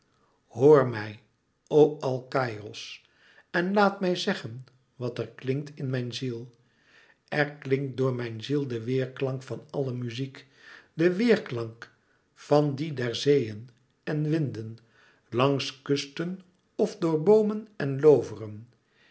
hoor mij o alkaïos en laat mij zeggen wat er klinkt in mijn ziel er klinkt door mijn ziel de weêrklank van àlle muziek de weêrklank van die der zeeën en winden langs kusten of door boomen en looveren